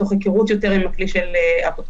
מתוך היכרות יותר עם הכלי של אפוטרופסות,